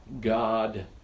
God